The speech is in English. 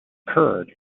curd